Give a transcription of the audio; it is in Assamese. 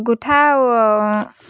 গোঁঠাও